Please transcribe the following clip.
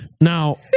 Now